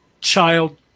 child